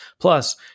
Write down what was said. Plus